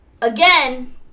again